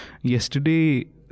Yesterday